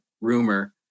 rumor